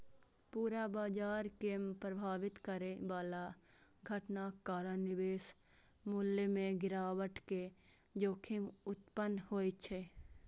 पूरा बाजार कें प्रभावित करै बला घटनाक कारण निवेश मूल्य मे गिरावट के जोखिम उत्पन्न होइ छै